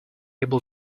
able